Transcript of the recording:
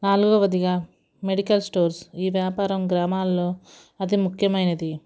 నాలుగవదిగా medical stores ఈ వ్యాపారం గ్రామాల్లో అతి ముఖ్యమైనది